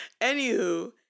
Anywho